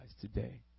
today